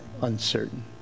uncertain